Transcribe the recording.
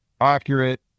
accurate